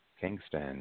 Kingston